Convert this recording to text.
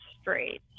straight